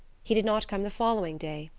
he did not come the following day,